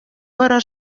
вара